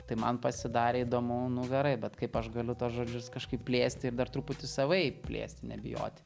tai man pasidarė įdomu nu gerai bet kaip aš galiu tuos žodžius kažkaip plėsti ir dar truputį savaip plėsti nebijoti